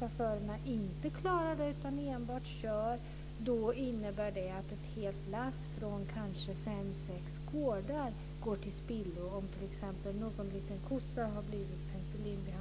chaufförerna inte klarar det utan enbart kör mjölken, innebär det att ett helt lass från kanske fem sex gårdar går till spillo om t.ex. någon liten kossa har blivit penicillinbehandlad.